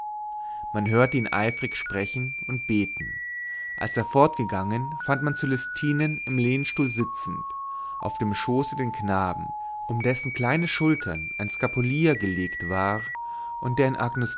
man hörte ihn eifrig sprechen und beten als er fortgegangen fand man cölestinen im lehnstuhl sitzend auf dem schoße den knaben um dessen kleine schultern ein skapulier gelegt war und der